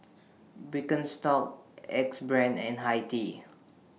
Birkenstock Axe Brand and Hi Tea